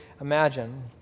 imagine